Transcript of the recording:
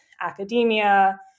academia